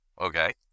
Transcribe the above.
okay